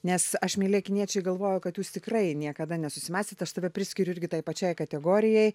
nes aš mieli akiniečiai galvoju kad jūs tikrai niekada nesusimąstėt aš save priskiriu irgi taip pačiai kategorijai